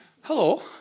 Hello